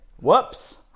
Whoops